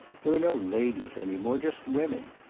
there are no ladies any more. just women.